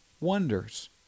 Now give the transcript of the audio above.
wonders